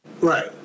Right